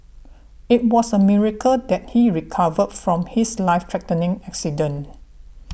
it was a miracle that he recovered from his life threatening accident